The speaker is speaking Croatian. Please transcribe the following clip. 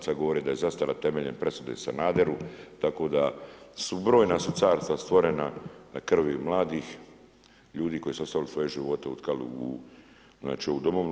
Sada govore da je zastara temeljem presude Sanaderu, tako da su brojna carstva stvorena na krvi mladih ljudi koji su ostavili svoje živote utkali u ovu domovinu.